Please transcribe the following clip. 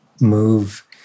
Move